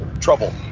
trouble